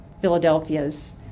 Philadelphia's